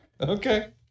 okay